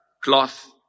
cloth